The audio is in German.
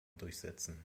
durchsetzen